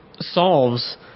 solves